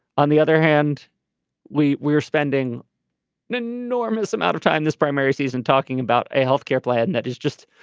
on the other hand we we are spending an enormous amount of time this primary season talking about a health care plan that is just